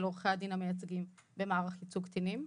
עורכי הדין המייצגים במערך ייצוג קטינים.